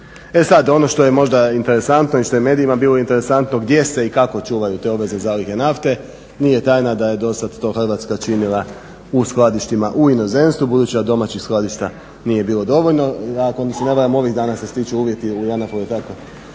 E sad ono što je možda interesantno i što je medijima bilo interesantno, gdje se i kako čuvaju te obvezne zalihe nafte. Nije tajna da je dosad to Hrvatska činila u skladištima u inozemstvu budući da domaćih skladišta nije bilo dovoljno. Ako se ne varam, ovih dana … uvjeti u JANAF-u, jel tako,